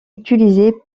utilisé